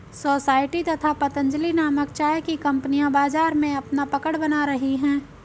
society तथा पतंजलि नामक चाय की कंपनियां बाजार में अपना पकड़ बना रही है